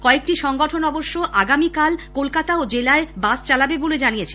কয়েকটি সংগঠন অবশ্য আগামীকাল কলকাতা ও জেলায় বাস চালাবে বলে জানিয়েছে